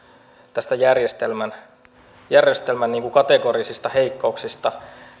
tästä järjestelmän järjestelmän niin kuin kategorisista heikkouksista